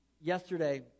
yesterday